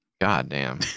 Goddamn